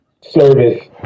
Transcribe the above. service